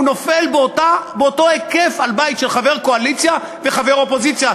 הוא נופל באותו היקף על בית של חבר קואליציה וחבר אופוזיציה,